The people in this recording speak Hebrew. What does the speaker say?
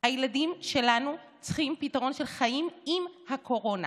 הילדים שלנו צריכים פתרון של חיים עם הקורונה.